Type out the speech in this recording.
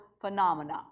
phenomena